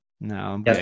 No